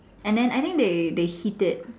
and then I think they heat it